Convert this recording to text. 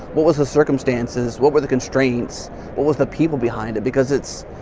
what was the circumstances, what were the constraints, what was the people behind it? because it's,